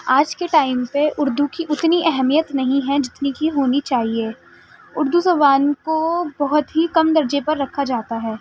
آج کے ٹائم پہ اردو کی اتنی اہمیت نہیں ہیں جتنی کہ ہونی چاہیے اردو زبان کو بہت ہی کم درجے پر رکھا جاتا ہے